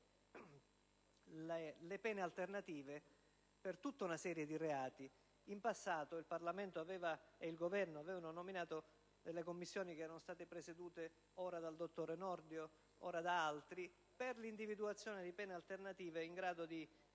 alla detenzione per tutta una serie di reati. In passato, il Parlamento e il Governo avevano nominato delle commissioni che erano state presiedute dal dottor Nordio e da altri per l'individuazione di misura alternative in grado di